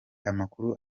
amakuru